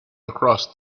across